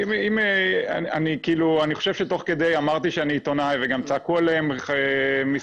אני חושב שתוך כדי אמרתי שאני עיתונאי וגם צעקו עליהם מסביב,